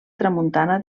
tramuntana